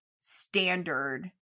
standard